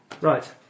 Right